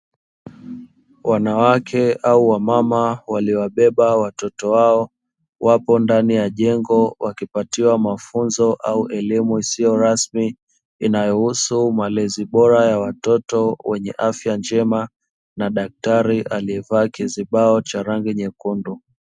Wanawake au wamama walio wabeba watoto wao wapo ndani ya jengo wakipatiwa mafunzo au elimu isiyo rasmi inayousu malezi bora ya watoto wenye afya njema na daktari aliyevaa kizibao cha rangi nyekundu.